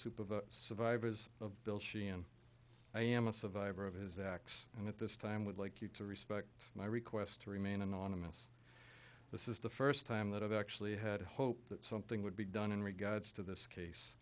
the survivors of bill sheehan i am a survivor of his acts and at this time would like you to respect my request to remain anonymous this is the first time that i've actually had hope that something would be done in regards to this case